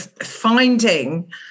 finding